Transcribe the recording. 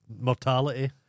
Mortality